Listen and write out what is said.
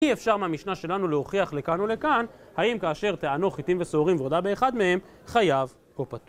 אי אפשר מהמשנה שלנו להוכיח לכאן ולכאן האם כאשר טענו חיתים וסעורים ורודה באחד מהם חייב או פתוח.